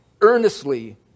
Earnestly